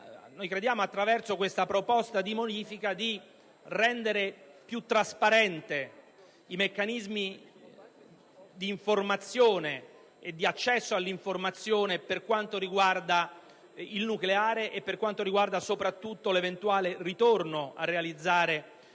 caso crediamo, attraverso questa proposta di modifica, di rendere più trasparenti i meccanismi di informazione e di accesso all'informazione per quanto riguarda il nucleare e soprattutto l'eventuale ritorno alla realizzazione